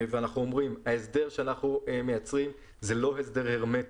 ההסדר שאנחנו מייצרים הוא לא הסדר הרמטי,